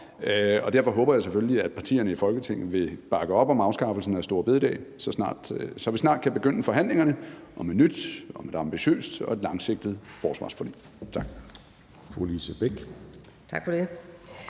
og derfor håber jeg selvfølgelig, at partierne i Folketinget vil bakke op om afskaffelsen af store bededag, så vi snart kan begynde forhandlingerne om et nyt og ambitiøst og langsigtet forsvarsforlig. Tak.